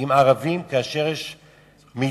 עם ערבים ויש 1.4